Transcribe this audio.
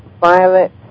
violet